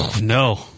No